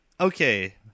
okay